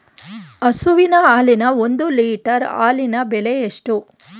ಹಸುವಿನ ಹಾಲಿನ ಒಂದು ಲೀಟರ್ ಹಾಲಿನ ಬೆಲೆ ಎಷ್ಟು?